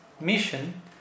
mission